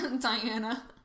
Diana